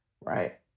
right